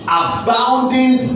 abounding